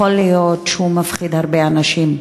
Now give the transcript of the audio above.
יכול להיות שהוא מפחיד הרבה אנשים,